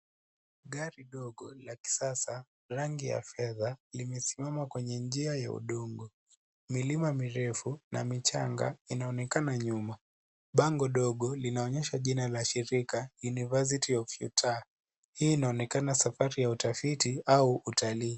Gari dogo la kisasa, rangi ya fedha limesimama kwenye njia ya udongo. Milima mirefu na michanga inaonekana nyuma. Bango dogo linaonyesha jina la shirika University of Utah . Hii inaweza kuonyesha safari ya utafiti au utalii.